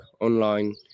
online